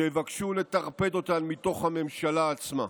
שיבקשו לטרפד אותן מתוך הממשלה עצמה.